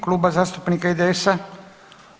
Kluba zastupnika IDS-a.